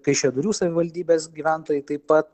kaišiadorių savivaldybės gyventojai taip pat